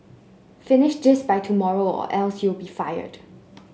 finish this by tomorrow or else you'll be fired